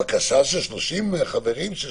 בקשה של 30 חברים?